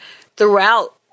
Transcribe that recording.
throughout